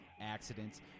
accidents